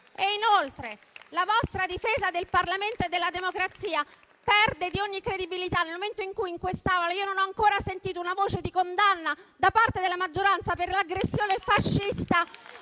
Inoltre, la vostra difesa del Parlamento e della democrazia perde di ogni credibilità nel momento in cui in quest'Aula non ho ancora sentito una voce di condanna da parte della maggioranza per l'aggressione fascista